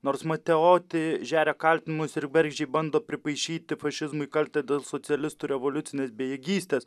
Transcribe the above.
nors mateoti žeria kaltinimus ir bergždžiai bando pripaišyti fašizmui kartą dėl socialistų revoliucinis bejėgystės